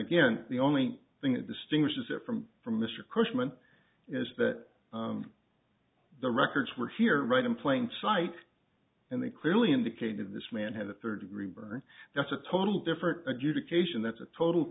again the only thing that distinguishes it from from mr cushman is that the records were here right in plain sight and they clearly indicated this man had a third degree burn that's a total different adjudication that's a total